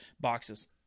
boxes